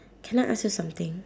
can I ask you something